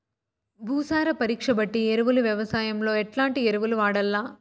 భూసార పరీక్ష బట్టి ఎరువులు వ్యవసాయంలో ఎట్లాంటి ఎరువులు వాడల్ల?